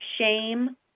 shame